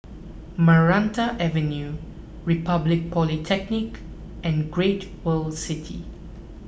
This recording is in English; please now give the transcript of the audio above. Maranta Avenue Republic Polytechnic and Great World City